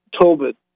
Tobit